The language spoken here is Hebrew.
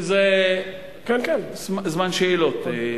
זה זמן שאלות.